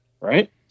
Right